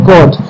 God